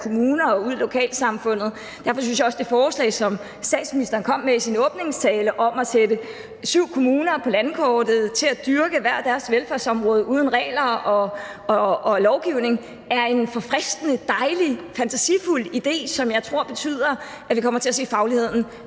kommunerne og ude i lokalsamfundet. Derfor synes jeg også, at det forslag, som statsministeren kom med i sin åbningstale, om at sætte syv kommuner på landkortet til at dyrke hver deres velfærdsområde uden regler og lovgivning er en forfriskende, dejlig og fantasifuld idé, som jeg tror betyder, at vi kommer til at se fagligheden